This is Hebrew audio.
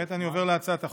כעת אני עובר להצעת החוק.